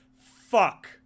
Fuck